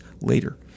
later